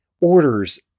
orders